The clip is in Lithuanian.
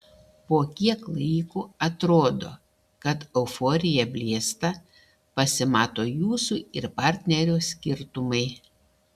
po kiek laiko atrodo kad euforija blėsta pasimato jūsų ir partnerio skirtumai